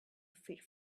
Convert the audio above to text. feed